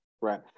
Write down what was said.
right